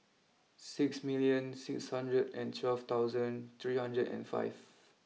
six million six hundred and twelve thousand three hundred and five